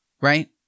right